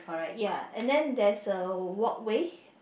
ya and then there is a walkway